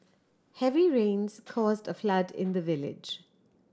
heavy rains caused a flood in the village